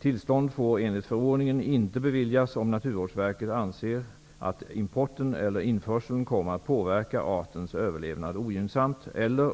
Tillstånd får enligt förordningen inte beviljas, om Naturvårdsverket anser att importen eller införseln kommer att påverka artens överlevnad ogynnsamt eller